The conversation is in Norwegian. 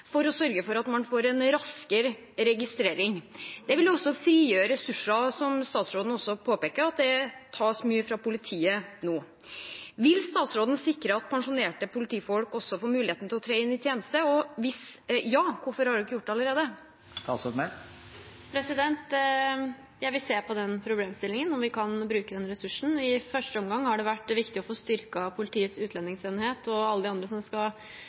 for å sørge for at man får en raskere registrering. Det vil frigjøre ressurser. Statsråden påpeker også at det tas mye fra politiet nå. Vil statsråden sikre at pensjonerte politifolk får muligheten til å tre inn i tjeneste? Og hvis ja, hvorfor har hun ikke gjort det allerede? Jeg vil se på den problemstillingen, om vi kan bruke den ressursen. I første omgang har det vært viktig å få styrket Politiets utlendingsenhet og alle de andre som skal